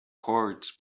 courts